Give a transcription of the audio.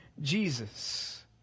Jesus